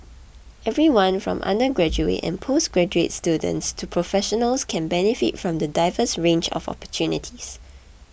everyone from undergraduate and postgraduate students to professionals can benefit from the diverse range of opportunities